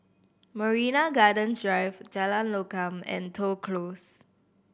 Marina Gardens Drive Jalan Lokam and Toh Close